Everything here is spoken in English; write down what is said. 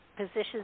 positions